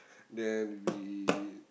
then we